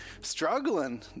struggling